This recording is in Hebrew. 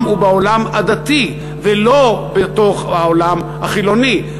הוא בעולם הדתי ולא בתוך העולם החילוני,